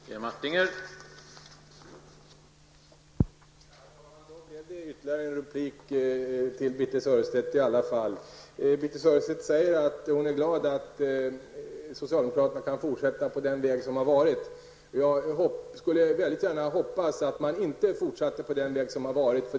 Herr talman! Det blev i alla fall ytterligare en replik till Birthe Sörestedt. Birthe Sörestedt säger att hon är glad över att socialdemokraterna kan fortsätta på den inslagna vägen. Jag hoppas i stället att man inte fortsätter på den tidigare vägen.